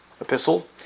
epistle